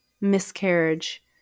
miscarriage